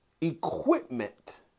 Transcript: equipment